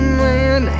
man